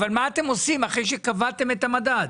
אבל מה אתם עושים אחרי שקבעתם את המדד?